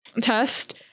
test